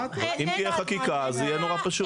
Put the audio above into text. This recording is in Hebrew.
מה את --- אם תהיה חקיקה אז זה יהיה נורא פשוט.